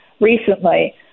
recently